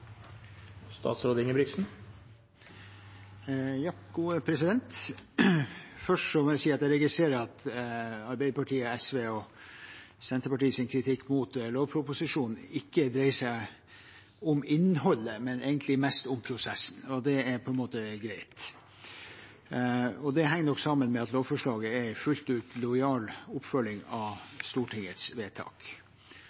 dreier seg om innholdet, men egentlig mest om prosessen. Det er på en måte greit, og det henger nok sammen med at lovforslaget er en fullt ut lojal oppfølging av